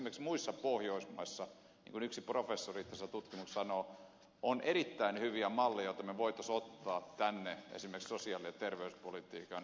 esimerkiksi muissa pohjoismaissa niin kuin eräs professori tässä tutkimuksessa sanoo on erittäin hyviä malleja joita me voisimme ottaa tänne esimerkiksi sosiaali ja terveyspolitiikan sektoreille